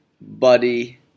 buddy